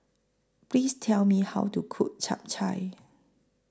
Please Tell Me How to Cook Chap Chai